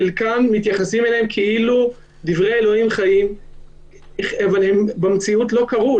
לחלקם מתייחסים כאילו דברי אלוקים חיים אבל הם במציאות לא קרו.